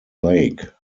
lake